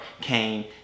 came